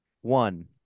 One